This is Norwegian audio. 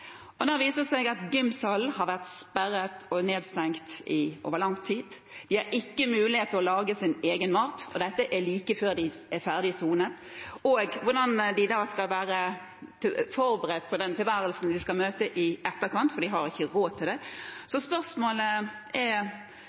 seg at gymsalen har vært sperret og nedstengt over lang tid, de har ikke mulighet til å lage sin egen mat – og dette er like før de er ferdig sonet – for de har ikke råd til noe. Hvordan skal de da være forberedt på den tilværelsen de skal møte i etterkant?